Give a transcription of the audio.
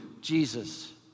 Jesus